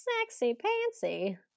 sexy-pantsy